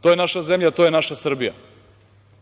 to je naša zemlja, to je naša Srbija. Biće